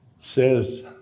says